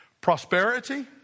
prosperity